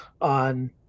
on